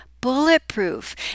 bulletproof